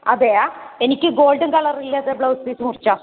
അതെയോ എനിക്ക് ഗോൾഡൻ കളറുള്ളത് ബ്ലൗസ് പീസ് മുറിച്ചോ